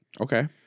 Okay